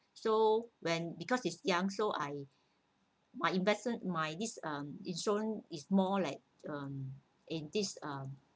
so when because it's young so I my investment my this uh insurance it's more like um in this um